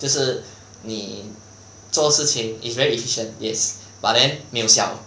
就是你做事情 is very efficient is but then 没有效